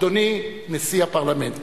אדוני נשיא הפרלמנט.